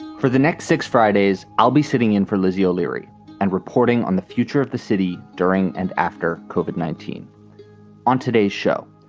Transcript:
for the next six fridays, i'll be sitting in for lizzie o'leary and reporting on the future of the city during and after covered nineteen on today's show.